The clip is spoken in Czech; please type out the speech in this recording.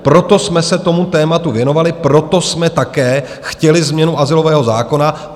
Proto jsme se tomu tématu věnovali, proto jsme také chtěli změnu azylového zákona.